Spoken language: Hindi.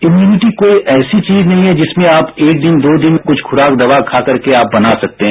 इम्युनिटी कोई ऐसी चीज नहीं है जिसमें आप एक दिन दो दिन कुछ खुराक दवा खा करके आप बना सकते हैं